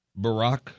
Barack